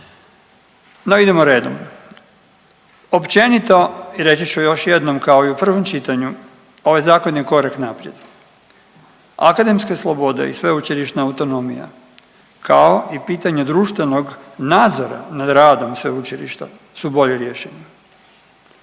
No, idemo redom. Općenito i reći ću još jednom kao i u prvom čitanju ovaj zakon je korak naprijed. Akademske slobode i sveučilišna autonomija kao i pitanje društvenog nadzora nad radom sveučilišta su bolje rješenje.